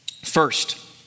First